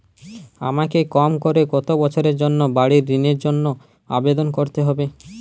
আমাকে কম করে কতো বছরের জন্য বাড়ীর ঋণের জন্য আবেদন করতে হবে?